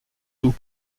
tout